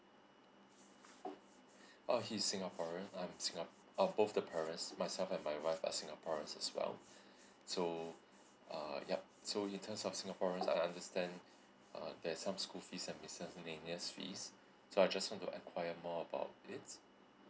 uh he's singaporean I'm singa uh both the parents myself and my wife are singaporeans as well so uh yup so he turns out singaporean I understand uh there's some school fees and miscellaneous fees so I just want to enquire more about it